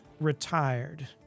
retired